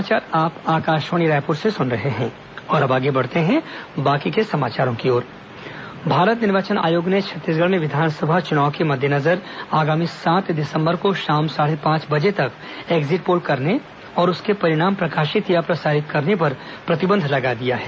exit poll प्रतिबंधित भारत निर्वाचन आयोग ने छत्तीसगढ़ में विधानसभा चुनाव के मद्देनजर आगामी सात दिसम्बर को शाम साढ़े पांच बजे तक एक्जिट पोल करने और उसके परिणाम प्रकाशित या प्रसारित करने पर प्रतिबंध लगा दिया है